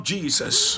Jesus